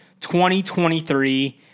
2023